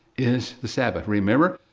is the sabbath. remember,